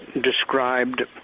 described